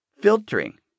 filtering